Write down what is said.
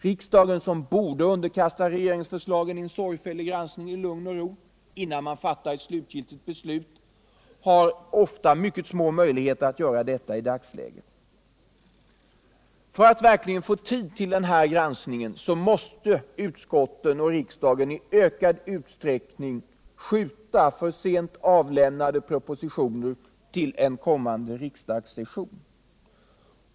Riksdagen, som borde underkasta regeringsförslagen en sorgfällig granskning i lugn och ro innan slutgiltigt beslut fattas, har i dagsläget små möjligheter att göra detta. För att verkligen få tid att göra denna granskning måste utskotten och riksdagen i ökad utsträckning skjuta för sent avlämnade propositioner till en kommande riksdagssession.